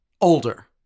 ...older